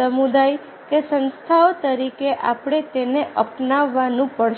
સમુદાય કે સંસ્થાઓ તરીકે આપણે તેને અપનાવવાનું પડશે